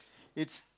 it's